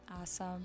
Awesome